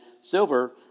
Silver